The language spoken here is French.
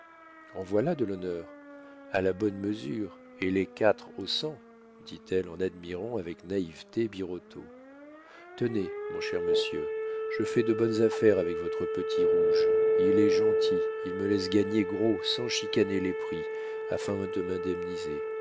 en voilà de l'honneur à la bonne mesure et les quatre au cent dit-elle en admirant avec naïveté birotteau tenez mon cher monsieur je fais de bonnes affaires avec votre petit rouge il est gentil il me laisse gagner gros sans chicaner les prix afin de